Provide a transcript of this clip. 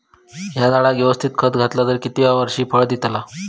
हया झाडाक यवस्तित खत घातला तर कितक्या वरसांनी फळा दीताला?